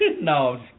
No